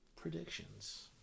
predictions